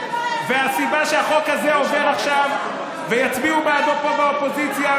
הסיבה שהחוק הזה עובר עכשיו ויצביעו בעדו פה באופוזיציה,